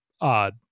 odd